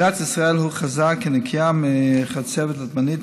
מדינת ישראל הוכרזה כנקייה מחצבת אנדמית,